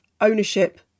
ownership